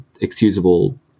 excusable